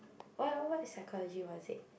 what what what psychology was it